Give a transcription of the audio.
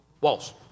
Walls